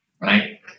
right